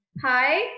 Hi